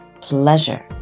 pleasure